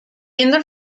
inner